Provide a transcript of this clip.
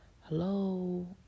hello